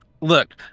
Look